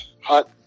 hot